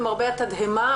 למרבה התדהמה,